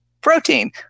protein